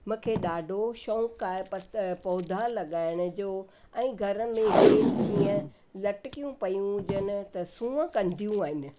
मूंखे ॾाढो शौक़ु आहे पत पौधा लॻाइण जो ऐं घर में बेल जीअं लटकियूं पियूं हुजनि त सूंहं कंदियूं आहिनि